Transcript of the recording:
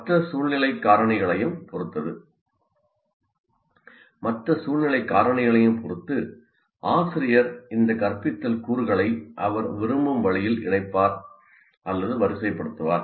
மற்ற சூழ்நிலைக் காரணிகளையும் பொறுத்து ஆசிரியர் இந்த கற்பித்தல் கூறுகளை அவர் விரும்பும் வழியில் இணைப்பார் அல்லது வரிசைப்படுத்துவார்